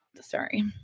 sorry